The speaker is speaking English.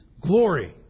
glory